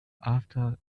after